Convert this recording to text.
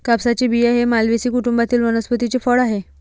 कापसाचे बिया हे मालवेसी कुटुंबातील वनस्पतीचे फळ आहे